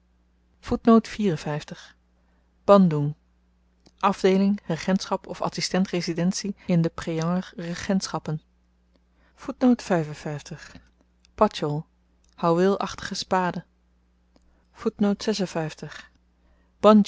bandoeng afdeeling regentschap of adsistent residentie in de preanger regentschappen pajol houweel spade